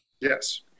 Yes